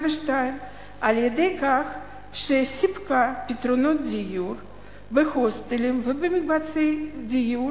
על-ידי כך שסיפקה פתרונות דיור בהוסטלים ובמקבצי דיור